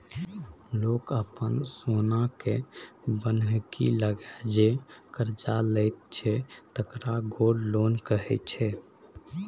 लोक अपन सोनकेँ बन्हकी लगाए जे करजा लैत छै तकरा गोल्ड लोन कहै छै